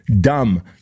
dumb